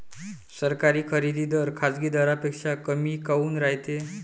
सरकारी खरेदी दर खाजगी दरापेक्षा कमी काऊन रायते?